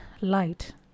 light